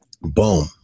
boom